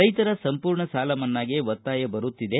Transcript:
ರೈತರ ಸಂಪೂರ್ಣಸಾಲ ಮನ್ನಾಗೆ ಒತ್ತಾಯ ಬರುತ್ತಿದೆ